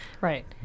Right